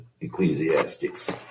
Ecclesiastics